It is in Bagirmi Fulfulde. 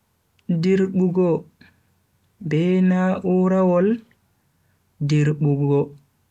Dirbugo be na'urawol dirbugo.